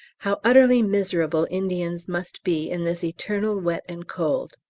how utterly miserable indians must be in this eternal wet and cold.